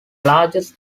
largest